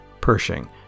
Pershing